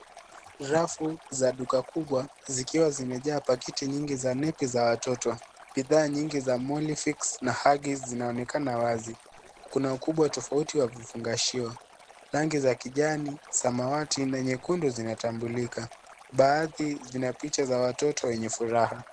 Rafu za duka kubwa zikiwa zimejaa paketi nyingi za nepi za watoto. Bidhaa nyingi za Molifix na Huggies zinaoenkana wazi. Kuna ukubwa tofauti wa vifungashio. Rangi za kijani, samawati na nyekundu zinatambulika, baadhi zina picha za watoto wenye furaha.